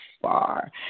far